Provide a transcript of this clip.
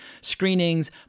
screenings